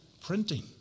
printing